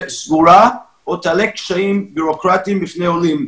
סגורה או תעלה קשיים בירוקרטיים בפני עולים.